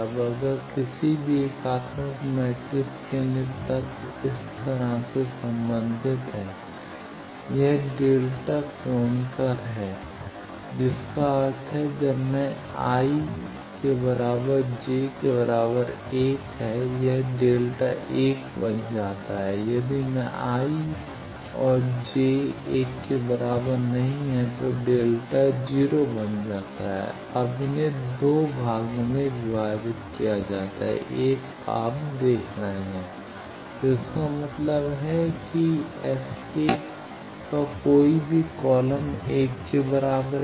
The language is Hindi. अब अगर किसी भी एकात्मक मैट्रिक्स के लिए तत्व इस तरह से संबंधित हैं यह डेल्टा क्रोनकर है जिसका अर्थ है जब मैं i j 1 यह डेल्टा 1 बन जाता है यदि मैं ij ≠ 1 डेल्टा 0 बन जाता है अब इन्हें 2 भागों में विभाजित किया जा सकता है 1 आप देख रहे हैं तो इसका मतलब यह है कि Sk का कोई भी कॉलम 1 के बराबर है